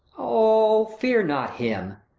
o, fear not him.